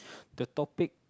the topic